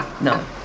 No